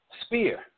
spear